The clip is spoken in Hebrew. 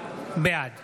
בעד